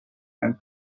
and